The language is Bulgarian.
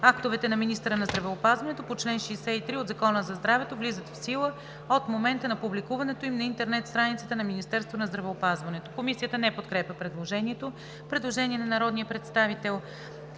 „Актовете на министъра на здравеопазването по чл. 63 от Закона за здравето влизат в сила от момента на публикуването им на Интернет страницата на Министерството на здравеопазването.“ Комисията не подкрепя предложението. Предложение на народния представител